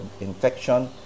infection